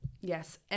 Yes